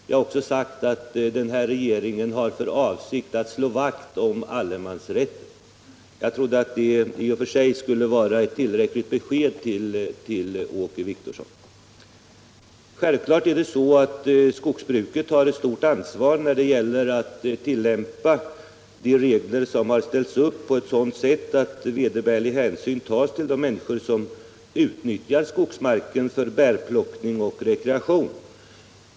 Jag har också sagt att den här regeringen har för avsikt att slå vakt om allemansrätten. I och för sig trodde jag att detta skulle vara ett tillräckligt besked till Åke Wictorsson. Självfallet har skogsbruket ett stort ansvar när det gäller att tillämpa de regler som ställts upp på sådant sätt att vederbörliga hänsyn tas till människor som utnyttjar skogsmarken till bärplockning och rekreation.